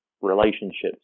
relationships